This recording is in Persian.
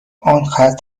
آنقدر